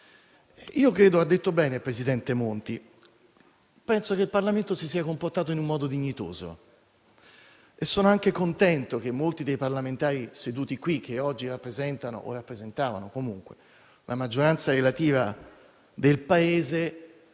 Io credo che abbia detto bene il presidente Monti: e penso che il Parlamento si sia comportato in modo dignitoso. Sono anche contento che molti dei parlamentari seduti qui, che oggi rappresentano o rappresentavano comunque la maggioranza relativa del Paese,